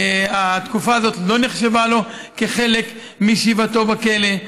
התקופה הזאת לא נחשבה לו כחלק מישיבתו בכלא,